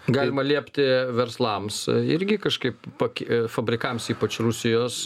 galima liepti verslams irgi kažkaip paki fabrikams ypač rusijos